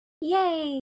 Yay